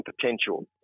potential